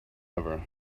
ever